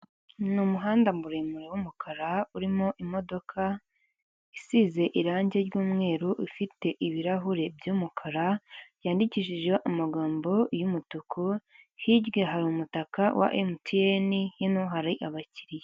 Ni umuhanda muremure w'umukara urimo imodoka isize irangi ry'umweru ufite ibirahure by'umukara yandikishijeho amagambo y'umutuku hirya hari umutaka wa emutiyene hino hari abakiriya.